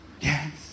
Yes